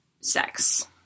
sex